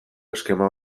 eskema